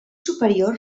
superior